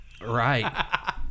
Right